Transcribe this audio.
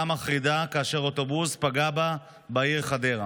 מחרידה כאשר אוטובוס פגע בה בעיר חדרה.